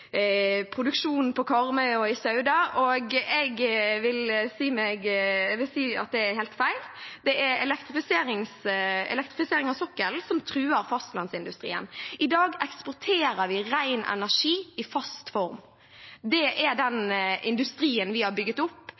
produksjonen på Karmøy og i Sauda. Det er helt feil. Det er elektrifisering av sokkelen som truer fastlandsindustrien. I dag eksporterer vi ren energi i fast form. Det er den industrien vi har bygget opp